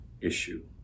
issue